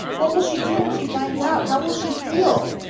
what will she do when she finds out? how will she feel?